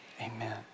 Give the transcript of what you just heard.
Amen